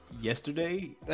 yesterday